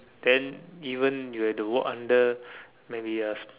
then even you have to work under maybe a s~